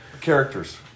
Characters